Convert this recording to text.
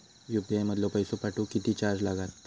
UPI मधलो पैसो पाठवुक किती चार्ज लागात?